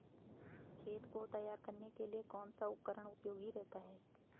खेत को तैयार करने के लिए कौन सा उपकरण उपयोगी रहता है?